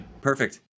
Perfect